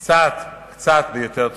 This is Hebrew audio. קצת, קצת ביותר תבונה.